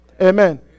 Amen